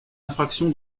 infraction